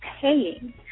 paying